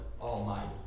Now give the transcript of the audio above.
Almighty